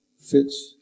fits